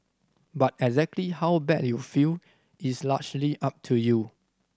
but exactly how bad you feel is largely up to you